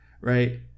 right